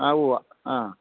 ആ ഉവ്വ ആ